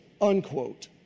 unquote